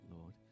Lord